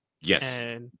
Yes